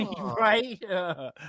right